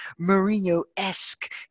Mourinho-esque